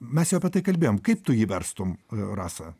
mes jau apie tai kalbėjom kaip tu jį verstum rasa